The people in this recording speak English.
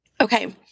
Okay